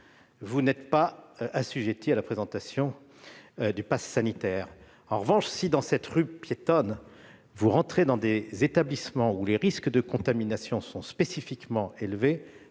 vous n'êtes pas assujetti à la présentation du passe sanitaire. Mais si, dans cette rue piétonne, vous entrez dans des établissements où les risques de contamination sont spécifiquement élevés,